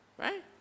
Right